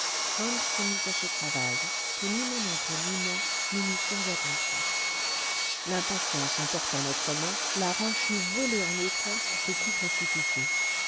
se mit à ce travail que ni mon oncle ni moi nous n'eussions accompli l'impatience emportant notre main la roche eût volé en éclats sous ses coups précipités